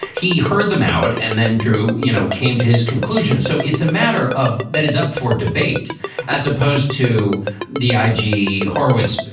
he heard them out. and then drew, you know, came to his conclusions. so it's a matter of that is up for debate as opposed to the i g. harwood's.